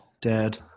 Dad